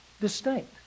distinct